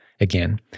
again